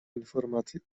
informacje